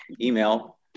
email